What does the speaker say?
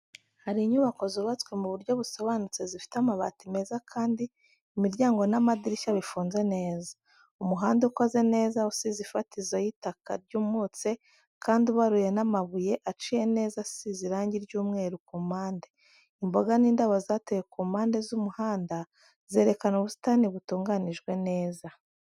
Hari inyubako zubatswe mu buryo busobanutse zifite amabati meza kandi imiryango n'amadirishya bifunze neza. Umuhanda ukoze neza usize ifatizo y’itaka ryumutse kandi ubaruye n'amabuye aciye neza asize irangi ry'umweru ku mpande. Imboga n’indabo zatewe ku mpande z’umuhanda zerekana ubusitani butunganijwe neza.